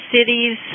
cities